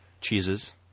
Cheeses